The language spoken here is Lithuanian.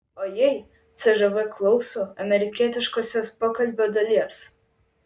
o jei cžv klauso amerikietiškosios pokalbio dalies